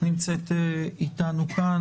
נמצאת אתנו כאן.